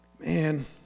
Man